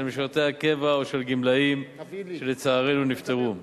משרתי הקבע או של גמלאים שלצערנו נפטרו.